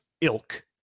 ilk